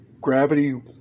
gravity